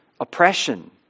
oppression